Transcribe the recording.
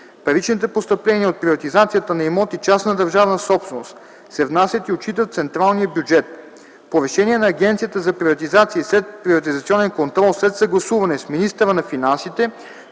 Паричните постъпления от приватизацията на имоти – частна държавна собственост, се внасят и отчитат в централния бюджет. По решение на Агенцията за приватизация и следприватизационен контрол след съгласуване с министъра на финансите